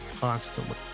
constantly